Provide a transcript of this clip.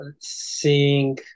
seeing